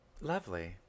Lovely